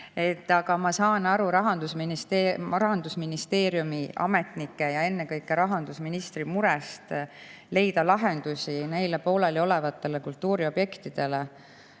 Aga ma saan aru Rahandusministeeriumi ametnike ja ennekõike rahandusministri murest, et [tuleb] leida lahendus pooleliolevatele kultuuriobjektidele.